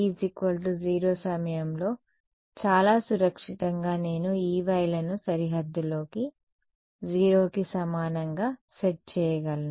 కాబట్టి t0 సమయంలో చాలా సురక్షితంగా నేను Ey లను సరిహద్దులోకి 0 కి సమానంగా సెట్ చేయగలను